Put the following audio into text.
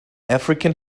african